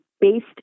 based